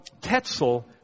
Tetzel